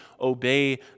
obey